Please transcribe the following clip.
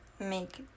make